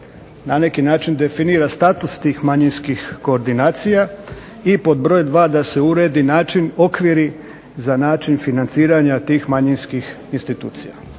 na neki način definira status tih manjinskih koordinacija i pod broj 2 da se uredi način, okviri za način financiranja tih manjinskih institucija.